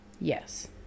Yes